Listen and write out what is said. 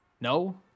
No